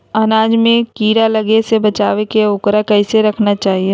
अनाज में कीड़ा लगे से बचावे के लिए, उकरा कैसे रखना चाही?